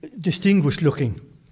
distinguished-looking